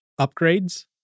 upgrades